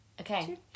Okay